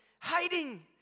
Hiding